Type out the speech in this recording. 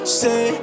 say